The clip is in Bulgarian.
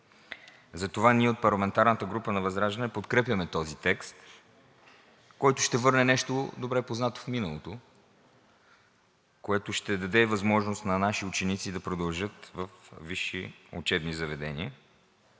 Затова ние от парламентарната група на ВЪЗРАЖДАНЕ подкрепяме този текст, който ще върне нещо добре познато в миналото, което ще даде възможност на наши ученици да продължат във висши учебни заведения.